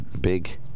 big